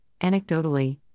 anecdotally